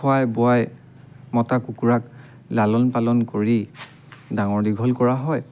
খোৱাই বোৱাই মতা কুকুৰাক লালন পালন কৰি ডাঙৰ দীঘল কৰা হয়